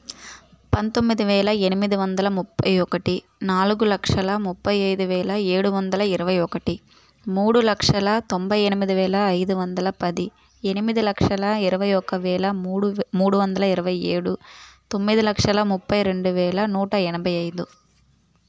పంతొమ్మిది వేల ఎనిమిది వందల ముప్పై ఒకటి నాలుగు లక్షల ముప్పై ఐదు వేల ఏడు వందల ఇరవై ఒకటి మూడు లక్షల తొంభై ఎనిమిది వేల ఐదు వందల పది ఎనిమిది లక్షల ఇరవై ఒక్క వేల మూడు వే మూడు వందల ఇరవై ఏడు తొమ్మిది లక్షల ముప్పై రెండు వేల నూట ఎనభై ఐదు